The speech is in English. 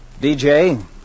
DJ